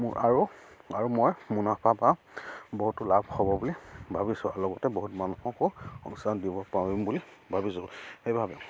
মোৰ আৰু আৰু মই মুনাফা পাম বা বহুতো লাভ হ'ব বুলি ভাবিছোঁ আৰু লগতে বহুত মানুহকো সংস্থাপন দিব পাৰিম বুলি ভাবিছোঁ সেইবাবে